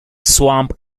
swamp